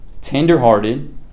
tender-hearted